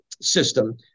system